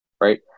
right